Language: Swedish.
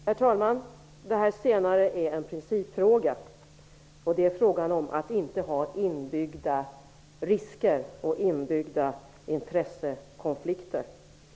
Herr talman! Det Elisabeth Persson tog upp sist i sitt anförande gäller en principfråga. Det är fråga om att inte ha inbyggda risker och inbyggda intressekonflikter.